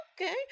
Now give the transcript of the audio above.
Okay